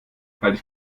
halt